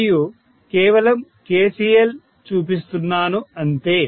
మరియు కేవలం KCL చూపిస్తున్నాను అంతే